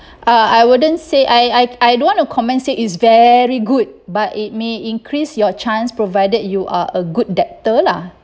uh I wouldn't say I I I don't want to comment say is very good but it may increase your chance provided you are a good debtor lah